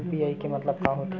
UPI के मतलब का होथे?